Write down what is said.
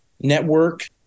network